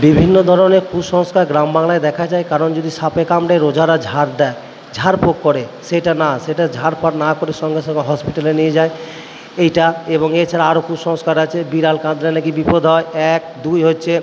বিভিন্ন ধরনের কুসংস্কার গ্রাম বাংলায় দেখা যায় কারণ যদি সাপে কামড়ে রোজারা ঝাড় দেয় ঝাড় ফুঁক করে সেটা না সেটা ঝাড় ফার না করে সঙ্গে সঙ্গে হসপিটালে নিয়ে যায় এইটা এবং এছাড়া আরও কুসংস্কার আছে বিড়াল কাঁদলে নাকি বিপদ হয় এক দুই হচ্ছে